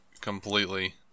completely